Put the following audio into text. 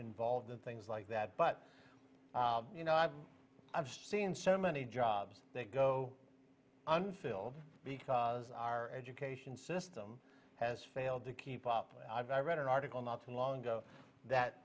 involved in things like that but you know i've i've seen so many jobs they go unfilled because our education system has failed to keep up i've ever read an article not too long ago that